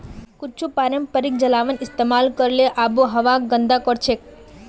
कुछू पारंपरिक जलावन इस्तेमाल करले आबोहवाक गंदा करछेक